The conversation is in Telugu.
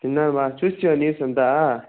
తిన్న బా చూస్తివా న్యూస్ అంతా